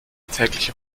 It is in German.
tägliche